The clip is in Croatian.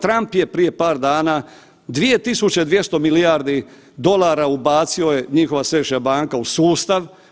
Trump je prije par dana 2 tisuće, 200 milijardi dolara ubacio je, njihova središnja banka, u sustav.